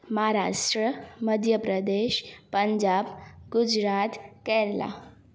Maharashtra मध्याप्रदेश Punjab Gujarat Kerala